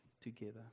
together